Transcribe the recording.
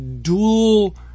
dual